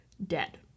dead